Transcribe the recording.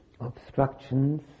obstructions